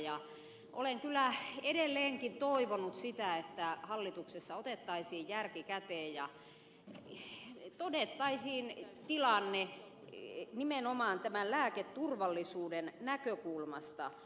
ja olen kyllä edelleenkin toivonut sitä että hallituksessa otettaisiin järki käteen ja todettaisiin tilanne nimenomaan tämän lääketurvallisuuden näkökulmasta